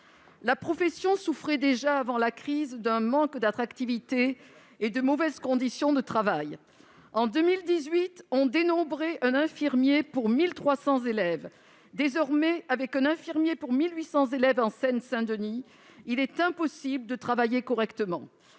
La profession souffrait déjà avant la crise d'un manque d'attractivité et de mauvaises conditions de travail. En 2018, on dénombrait un infirmier pour 1 300 élèves. Désormais, avec un infirmier pour 1 800 élèves en Seine-Saint-Denis, il est impossible de travailler correctement.